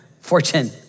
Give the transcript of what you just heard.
fortune